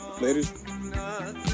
later